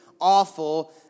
awful